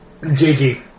JG